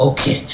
Okay